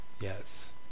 yes